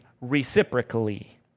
reciprocally